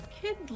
Kid